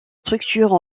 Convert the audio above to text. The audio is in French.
structure